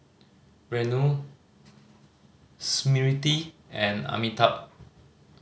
Renu Smriti and Amitabh